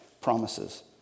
promises